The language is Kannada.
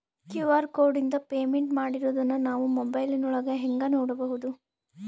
ಕ್ಯೂ.ಆರ್ ಕೋಡಿಂದ ಪೇಮೆಂಟ್ ಮಾಡಿರೋದನ್ನ ನಾವು ಮೊಬೈಲಿನೊಳಗ ಹೆಂಗ ನೋಡಬಹುದು?